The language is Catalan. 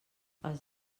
els